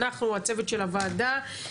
אנחנו הצוות של הוועדה,